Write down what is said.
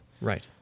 Right